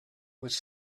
was